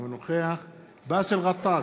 אינו נוכח באסל גטאס,